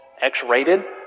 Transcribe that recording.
X-rated